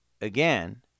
again